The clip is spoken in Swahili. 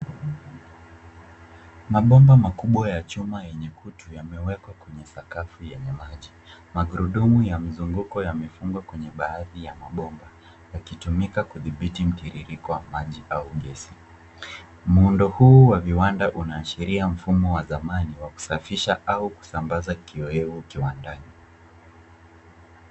Mabomba makubwa ya chuma yenye kutu yamewekwa kwenye sakafu yenye maji. Magurudumu ya mzunguko yamefungwa kwenye baadhi ya mabomba yakitumika kudhibiti mtiririko wa maji au gesi. Muundo huu wa viwanda unaashiria mfumo wa zamani wa kusafisha au kusambaza kioevu kiwandani.